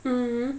mm